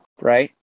right